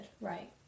Right